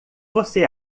você